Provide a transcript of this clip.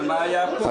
בבקשה.